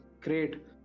great